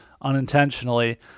unintentionally